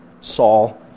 Saul